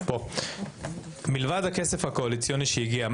מלבד הכסף הקואליציוני שהגיע,